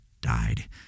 died